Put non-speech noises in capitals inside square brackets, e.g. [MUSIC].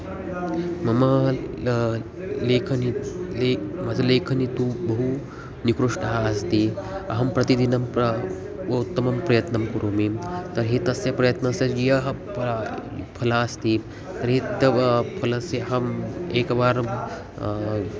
मम ला लेखनि ले मत् लेखनी बहु निकृष्टः अस्ति अहं प्रतिदिनं प्र उत्तमं प्रयत्नं करोमि तर्हि तस्य प्रयत्नस्य [UNINTELLIGIBLE] फलम् अस्ति तर्हि तव फलस्य अहम् एकवारं